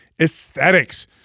aesthetics